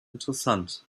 interessant